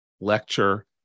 lecture